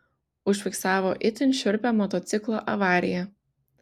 užfiksavo itin šiurpią motociklo avariją